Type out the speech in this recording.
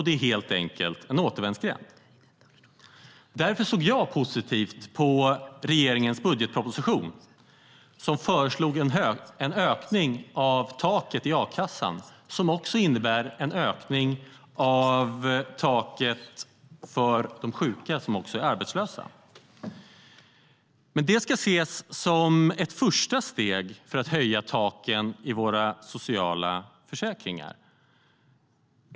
Det är helt enkelt en återvändsgränd. Därför såg jag positivt på regeringens budgetproposition, som föreslog en höjning av taket i a-kassan. Det innebär även en höjning av taket för de sjuka som också är arbetslösa. Det ska ses som ett första steg för att höja taken i våra sociala försäkringar.